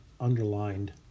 underlined